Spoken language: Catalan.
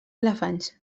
elefants